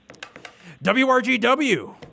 WRGW